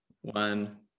One